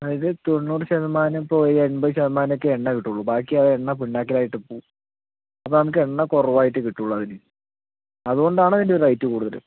ഇത് തൊണ്ണൂറ് ശതമാനം ഇപ്പോൾ എൻപത് ശതമാനമൊക്കെ എണ്ണ കിട്ടുകയുള്ളൂ ബാക്കി ആ എണ്ണ പിണ്ണാക്കിലായിട്ട് പോവും അപ്പോൾ നമുക്ക് എണ്ണ കുറവായിട്ടേ കിട്ടുകയുള്ളൂ അതിൽ അതുകൊണ്ടാണ് ഇതിന് റേറ്റ് കൂടുതൽ